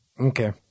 Okay